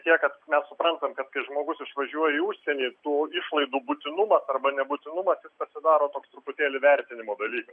tiek kad mes suprantam kad kai žmogus išvažiuoja į užsienį tų išlaidų būtinumas arba nebūtinumas pasidaro toks truputėlį vertinimo dalykas